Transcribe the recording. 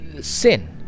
sin